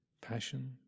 passion